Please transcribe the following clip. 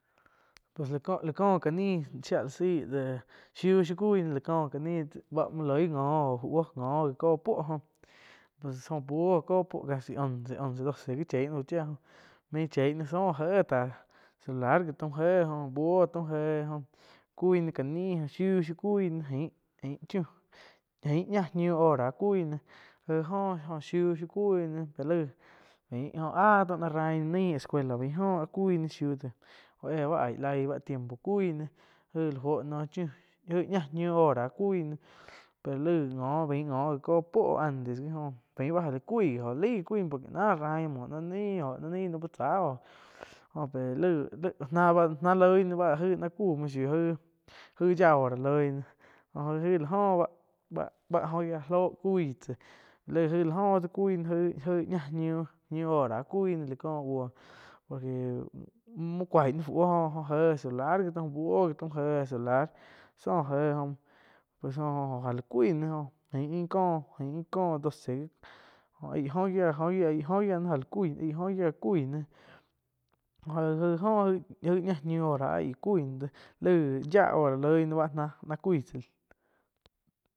Pues la có, la có ka ni cuih náh shía la saih de shiu, shiu cui na la có ká ni báh muo loih ngo oh fu buoh ngo já có puoh jóh pues joh buoh có puoh casi once, doce gi chie ná fu chía main che náh zóh jé táh celular gi taum, jé oh buoh taun jéh oh cui náh cá nih shiu, shiuh cui náh ain-ain chiu ña, ñiu hora cui náh aih jóh óh shiuh shiu cuih náh pe laig, oh áh taum náh rain náh nain escuela baíh oh áh cui ná shiuh de óh éh áih laih bá tiempo cui náh jai la fuo noh chiuh, ña, ñiu hora cui náh pe laig ngo já có puoh antes gi oh faih báh já la cuig gi oh laig cuih ná por que náh rai muo ná naih óh náh naih uh tsá oh jóh peh laig ná. ná loihh ná bá aigh ná cu muo shiu aig-aig yáh hora loih náh jo aih la jo báh-báh oh giáh lóh cui tsáh laih jaig la oh dáh cuih náh jaig ña ñiuh hora cui náh la cóh buo por que muoh cuai náh fu buoh jo oh jé celular gi taum buoh gi taum jé celular zóh jé oh pues jo-jo áh la cui náh jó aih ain cóh-ain có doce oh aig oh giáh-oh giáh nain ja la cui ná oh giáh kui náh aih-aih oh ña ñiu hora áh aí kui na do laih yá hora loi na báh na, cui náh tsáh.